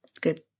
Good